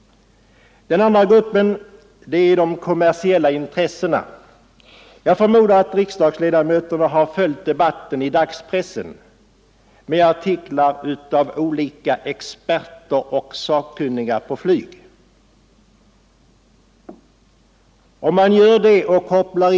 Den andra gruppen är företrädarna för de kommersiella intressena. Jag förmodar att riksdagsledamöterna har följt debatten i dagspressen med inlägg av olika sakkunniga och experter på flyg.